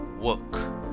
work